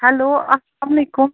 hello السلام علیکُم